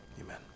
amen